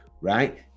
right